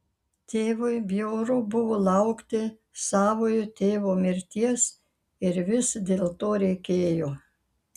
tėvui bjauru buvo laukti savojo tėvo mirties ir vis dėlto reikėjo